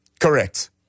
Correct